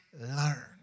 learn